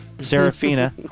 Serafina